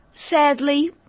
Sadly